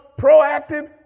proactive